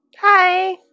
Hi